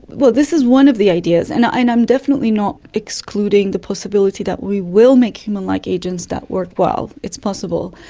well, this is one of the ideas. and i'm definitely not excluding the possibility that we will make human-like agents that work well. it's possible.